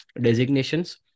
designations